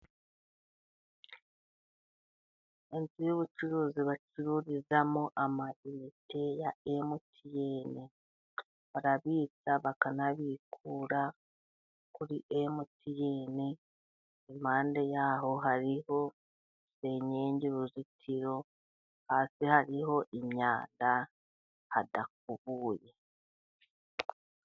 Inzu y'ubucuruzi bacururizamo amayinite ya MTN. Barabitsa bakanabikura kuri MTN. Impande yaho hariho senyenge uruzitiro Hasi hariho imyanda hadakubuye.